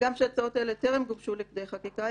הגם שהצעות אלה טרם גובשו לכדי חקיקה,